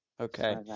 Okay